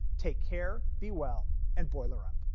take care, be well and boiler up.